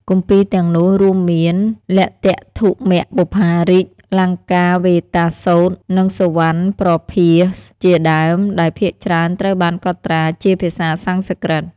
គម្ពីរទាំងនោះរួមមាន លទ្ធម្មបុប្ផារីកៈ, លង្ការវតារសូត្រ, និង សុវណ្ណប្រភាស ជាដើម ដែលភាគច្រើនត្រូវបានកត់ត្រាជាភាសាសំស្ក្រឹត។